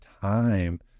time